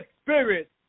Spirit